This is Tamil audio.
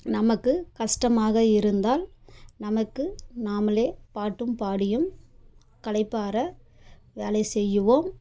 நமக்கு கஷ்டமாக இருந்தால் நமக்கு நாமளே பாட்டும் பாடியும் களைப்பாற வேலை செய்யவும்